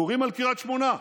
יורים על קריית שמונה,